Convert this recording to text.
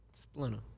splinter